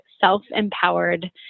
self-empowered